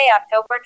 October